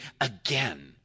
again